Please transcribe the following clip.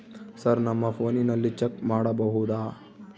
Sir ನಮ್ಮ ಫೋನಿನಲ್ಲಿ check ಮಾಡಬಹುದಾ?